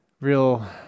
real